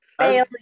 Failure